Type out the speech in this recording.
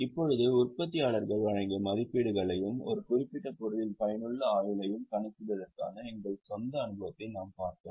இப்போது உற்பத்தியாளர்கள் வழங்கிய மதிப்பீடுகளையும் ஒரு குறிப்பிட்ட பொருளின் பயனுள்ள ஆயுளையும் கணக்கிடுவதற்கான நம் சொந்த அனுபவத்தையும் நாம் பார்த்தோம்